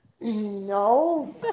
No